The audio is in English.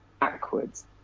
backwards